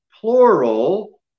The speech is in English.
plural